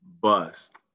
bust